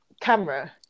camera